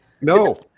No